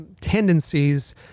tendencies